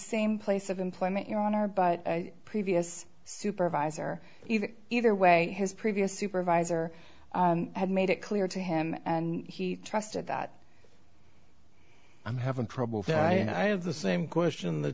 same place of employment your honor but previous supervisor either way his previous supervisor had made it clear to him and he trusted that i'm having trouble that i have the same question the